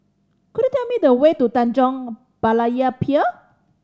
could you tell me the way to Tanjong Berlayer Pier